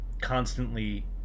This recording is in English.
constantly